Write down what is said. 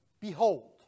behold